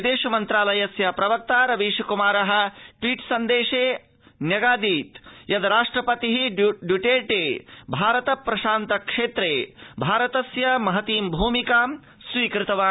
विदेशमन्त्रालयस्य प्रवक्ता रवीशक्मारः ट्वीट सन्देशे अवादीत् यत् राष्ट्रपतिः इ्यूटेर्टे भारत प्रशांत क्षेत्रे भारतस्य महतीं भूमिकां स्वीकृतवान्